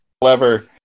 clever